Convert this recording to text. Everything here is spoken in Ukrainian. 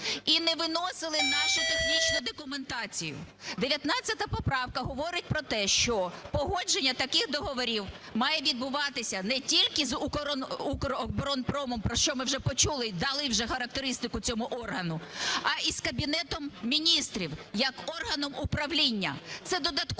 і не виносили нашу технічну документацію. 19 поправка говорить про те, що погодження таких договорів має відбуватися не тільки з Укроборонпромом, про що ми вже почули і дали вже характеристику цьому органу, а й з Кабінетом Міністрів як органом управління. Це додатковий